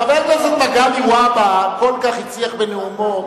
חבר הכנסת מגלי והבה כל כך הצליח בנאומו,